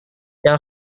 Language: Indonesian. saya